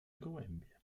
gołębie